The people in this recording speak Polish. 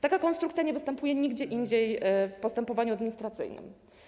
Taka konstrukcja nie występuje nigdzie indziej w postępowaniu administracyjnym.